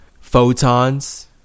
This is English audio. photons